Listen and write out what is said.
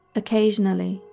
occasionally,